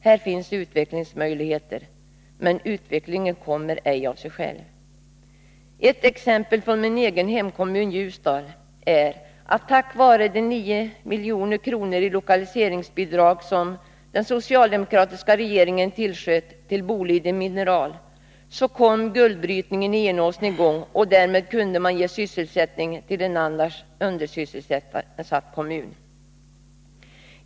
Här finns utvecklingsmöjligheter — men utvecklingen kommer ej av sig själv. Ett exempel från min egen hemkommun Ljusdal är att tack vare de 9 milj.kr. i lokaliseringsbidrag som den socialdemokratiska regeringen tillsköt till Boliden Mineral, så kom guldbrytningen i Enåsen i gång och därmed kunde man ge sysselsättning till en annars undersysselsatt kommun.